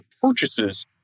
purchases